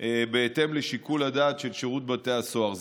בהתאם לשיקול הדעת של שירות בתי הסוהר.